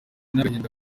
n’agahinda